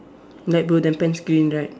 light blue then pants green right